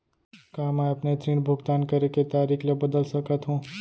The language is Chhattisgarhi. का मैं अपने ऋण भुगतान करे के तारीक ल बदल सकत हो?